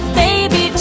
baby